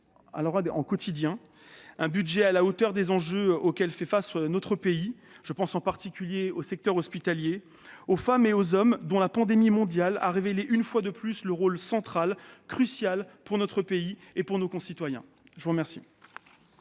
Ce budget est également à la hauteur des enjeux auxquels notre pays fait face. Je pense en particulier au secteur hospitalier, aux femmes et aux hommes dont la pandémie mondiale a révélé une fois de plus le rôle central, crucial pour notre pays et nos concitoyens. La parole